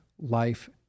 life